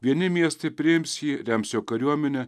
vieni miestai priims jį rems jo kariuomenę